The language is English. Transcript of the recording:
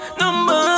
number